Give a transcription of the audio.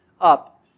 up